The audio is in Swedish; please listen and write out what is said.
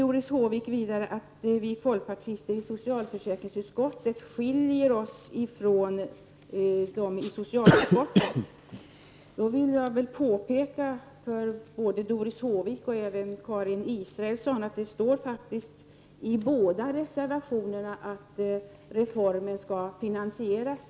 Doris Håvik sade vidare att vi folkpartister i socialförsäkringsutskottet skiljer oss från folkpartisterna i socialutskottet. Jag vill då påpeka både för Doris Håvik och för Karin Israelsson att det faktiskt i båda reservationerna står att reformen skall finansiseras.